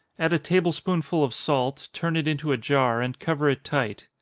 add a table-spoonful of salt, turn it into a jar, and cover it tight.